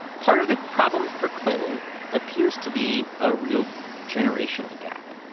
part of the problem for clinton appears to be a real generational gap.